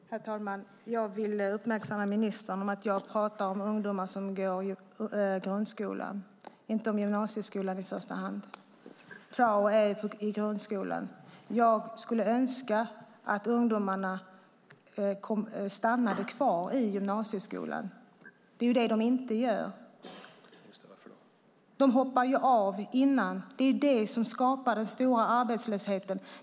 Herr talman! Jag vill uppmärksamma ministern på att jag i första hand talar om ungdomar som går i grundskolan och inte i gymnasieskolan. Prao är i grundskolan. Jag skulle önska att ungdomarna stannade kvar i gymnasieskolan. Det är vad de inte gör. De hoppar ju av innan. Det är vad som skapar den stora arbetslösheten.